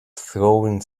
throwing